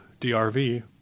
DRV